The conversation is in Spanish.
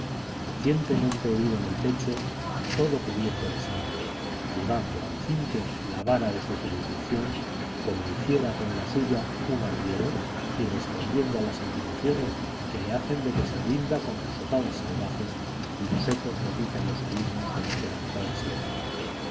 recientemente herido en el pecho todo cubierto de sangre llevando al cinto la vara de su jurisdicción como hiciera con la suya un arriero y respondiendo a las intimaciones que le hacen de que se rinda con risotadas salvajes cuyos ecos repiten los abismos de la quebrantada sierra